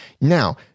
Now